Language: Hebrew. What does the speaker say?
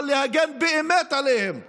אבל להגן עליהם באמת.